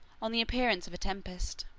on the appearance of a tempest.